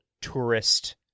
tourist